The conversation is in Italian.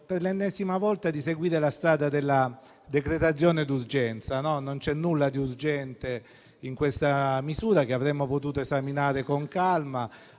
per l'ennesima volta di seguire la strada della decretazione d'urgenza, atteso che non c'è nulla di urgente in questo provvedimento, che avremmo potuto esaminare con calma,